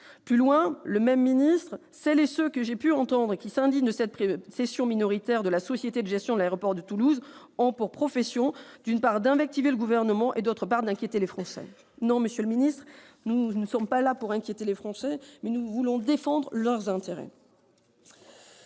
Plus loin, le même ajoute :« Celles et ceux, que j'ai pu entendre, qui s'indignent de cette cession minoritaire de la société de gestion de l'aéroport de Toulouse ont pour profession, d'une part, d'invectiver le Gouvernement et, d'autre part, d'inquiéter les Français. » Non, monsieur le ministre, nous ne sommes pas là pour inquiéter les Français, nous entendons défendre leurs intérêts.